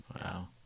wow